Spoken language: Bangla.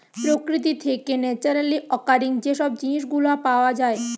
প্রকৃতি থেকে ন্যাচারালি অকারিং যে সব জিনিস গুলা পাওয়া যায়